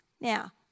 Now